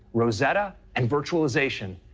rosetta and virtualization,